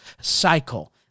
cycle